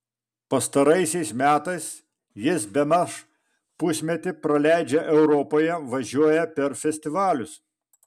pastaraisiais metais jis bemaž pusmetį praleidžia europoje važiuoja per festivalius